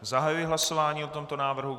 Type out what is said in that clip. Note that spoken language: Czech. Zahajuji hlasování o tomto návrhu.